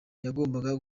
yagombaga